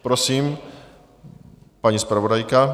Prosím, paní zpravodajka.